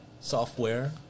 software